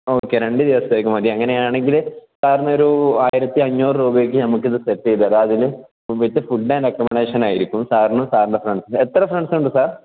okay രണ്ട് ദിവസത്തേക്ക് മതി അങ്ങനെയാണെങ്കിൽ സാറിന് ഒരു ആയിരത്തി അഞ്ഞൂറ് രൂപയ്ക്ക് നമുക്കിത് സെറ്റ് ചെയ്ത് അതിൽ വിത്ത് ഫുഡ് ആൻഡ് അക്കൊമഡേഷൻ ആയിരിക്കും സാറിന് സാറിൻ്റെ ഫ്രണ്ട് എത്ര ഫ്രണ്ട്സുണ്ട് സാർ